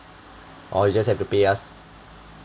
or you just have to pay us